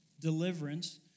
deliverance